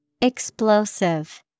Explosive